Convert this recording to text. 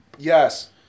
Yes